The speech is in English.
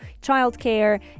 childcare